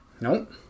Nope